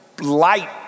light